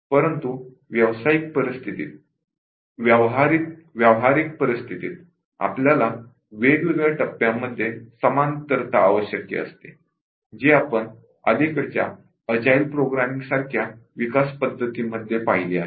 परंतु व्यावहारिक परिस्थितीत आपल्याला वेगवेगळ्या टप्प्यामध्ये समांतरता आवश्यक असते जे आपण अलीकडीच्या अज्याईल प्रोग्रामिंग सारख्या डेव्हलपमेंट मेथोडोलॉजि मध्ये पाहिले आहे